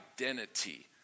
identity